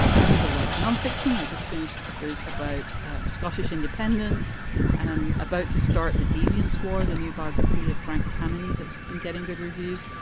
i read a lot of nonfiction. i just finished a book about scottish independence and i'm about to start the deviance war, the new biography of frank kameny that's been getting good reviews.